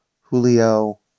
Julio